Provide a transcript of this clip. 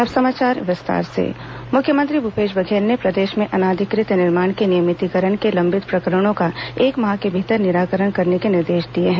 अवैध निर्माण नियमितीकरण मुख्यमंत्री भूपेश बघेल ने प्रदेश में अनाधिकृत निर्माण के नियमितीकरण के लंबित प्रकरणों का एक माह के भीतर निराकरण करने के निर्देश दिए हैं